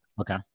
Okay